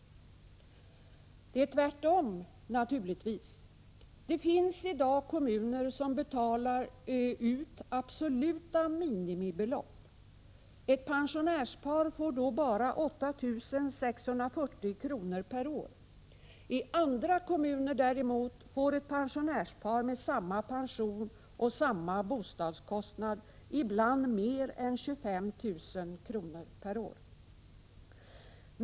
Det är tvärtom, naturligtvis. Det finns i dag kommuner som betalar ut absoluta minimibelopp. Ett pensionärspar får då bara 8 640 kr. per år. I andra kommuner däremot får ett pensionärspar med samma pension och samma bostadskostnad ibland mer än 25 000 kr. per år.